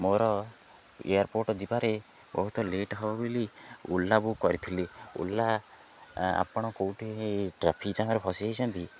ମୋର ଏୟାରପୋର୍ଟ ଯିବାରେ ବହୁତ ଲେଟ୍ ହବ ବୋଲି ଓଲା ବୁକ୍ କରିଥିଲି ଓଲା ଆପଣ କେଉଁଠି ଟ୍ରାଫିକ ଜାମ୍ରେ ଫସି ଯାଇଛନ୍ତି କି